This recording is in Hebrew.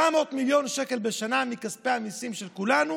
700 מיליון שקל בשנה מכספי המיסים של כולנו